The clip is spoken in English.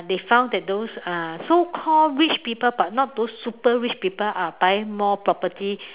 they found that those uh so called rich people but not those super rich people are buying more property